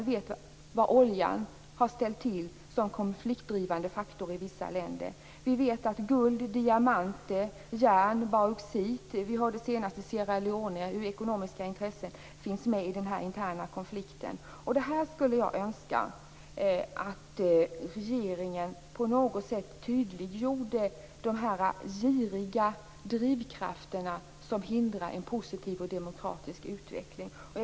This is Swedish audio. Vi vet vad oljan har ställt till som konfliktdrivande faktor i vissa länder. Vi vet att guld, diamanter, järn och bauxit har samma effekt. Vi hörde senast ifrån Sierra Leone hur ekonomiska intressen finns med i den interna konflikten. Jag skulle önska att regeringen på något sätt tydliggjorde de giriga drivkrafter som hindrar en positiv och demokratisk utveckling.